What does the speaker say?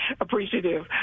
appreciative